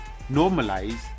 Normalize